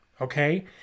Okay